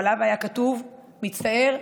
ועליו היה כתוב: מצטער,